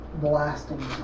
Blasting